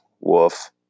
Woof